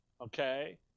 okay